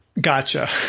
Gotcha